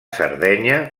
sardenya